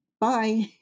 bye